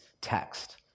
text